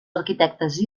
arquitectes